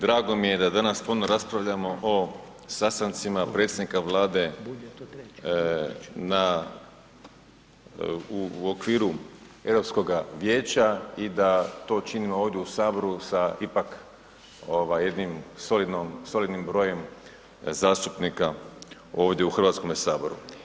Drago mi je da danas puno raspravljamo o sastancima predsjednika Vlade u okviru Europskoga vijeća i da to činimo ovdje u Saboru sa ipak jednim solidnim brojem zastupnika ovdje u Hrvatskome saboru.